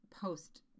post